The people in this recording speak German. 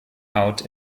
out